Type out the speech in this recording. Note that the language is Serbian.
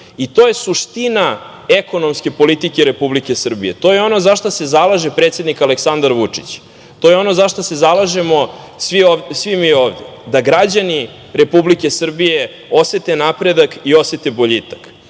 To je suština ekonomske politike Republike Srbije. To je ono zašta se zalaže predsednik Aleksandar Vučić. To je ono zašta se zalažemo svi mi ovde, da građani Republike Srbije osete napredak i osete boljitak. Zato,